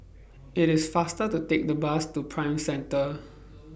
IT IS faster to Take The Bus to Prime Centre